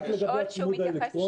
רק לגבי הצימוד האלקטרוני.